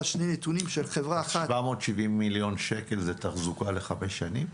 שני נתונים של חברה אחת --- 770 מיליון שקל זה תחזוקה לחמש שנים?